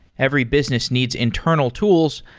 every business needs internal tools,